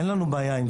אין בעיה?